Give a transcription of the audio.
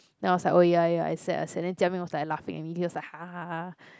then I was like oh ya oh ya I sad I sad then Jia-Ming was like laughing at me he was like ha ha ha